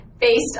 based